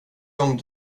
gång